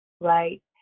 right